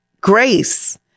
grace